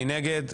מי נגד?